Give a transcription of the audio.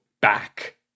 back